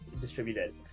distributed